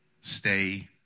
Stay